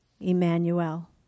Emmanuel